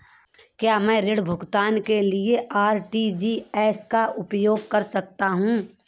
क्या मैं ऋण भुगतान के लिए आर.टी.जी.एस का उपयोग कर सकता हूँ?